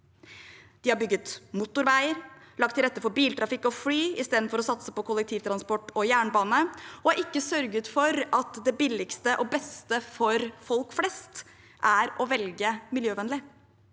De har bygget motorveier, lagt til rette for biltrafikk og fly istedenfor å satse på kollektivtransport og jernbane, og de har ikke sørget for at det billigste og beste for folk flest er å velge miljøvennlig.